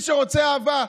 במי שרוצה אהבה,